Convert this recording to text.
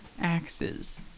axes